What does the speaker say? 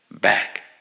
back